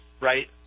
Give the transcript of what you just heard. right